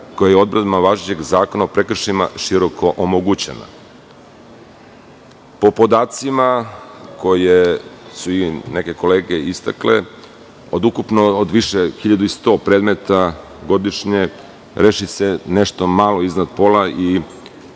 koja odredbama važećeg zakona o prekršajima široko omogućena. Po podacima koje su i neke kolege istakle, od ukupno od više 1100 predmeta godišnje, reši se nešto malo iznad pola, i